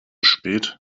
spät